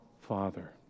Father